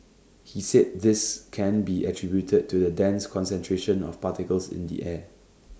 he said this can be attributed to the dense concentration of particles in the air